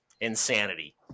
Insanity